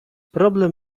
problem